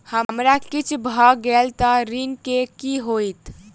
हमरा किछ भऽ गेल तऽ ऋण केँ की होइत?